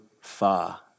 far